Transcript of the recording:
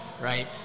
right